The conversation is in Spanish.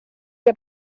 que